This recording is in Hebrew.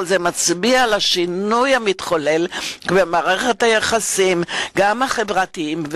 כל זה מצביע על השינוי המתחולל במערכת היחסים החברתיים,